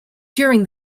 during